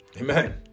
Amen